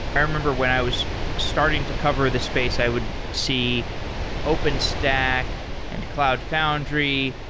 i remember when i was starting to cover this space, i would see openstack and cloud foundry,